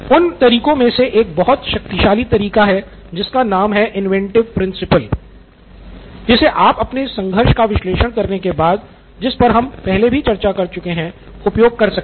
उन तरीकों में से एक बहुत शक्तिशाली तरीका है जिसका नाम है इन्विन्टिव प्रिन्सपल जिसे आप अपने संघर्ष का विश्लेषण करने के बाद जिस पर हम पहले भी चर्चा कर चुके हैं उपयोग कर सकते हैं